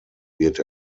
wird